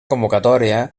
convocatòria